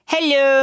Hello